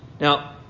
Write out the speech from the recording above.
Now